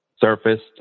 surfaced